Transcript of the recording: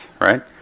right